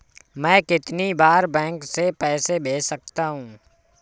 मैं कितनी बार बैंक से पैसे भेज सकता हूँ?